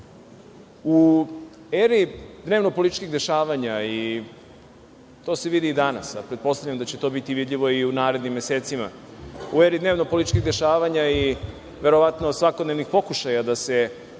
eri dnevno-političkih dešavanja i to se vidi i danas, a pretpostavljam da će to biti vidljivo i u narednim mesecima, u eri dnevno-političkih dešavanja i verovatno svakodnevnih pokušaja da se